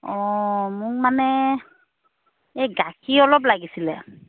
অঁ মোক মানে এই গাখীৰ অলপ লাগিছিলে